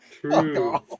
True